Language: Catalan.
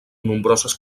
nombroses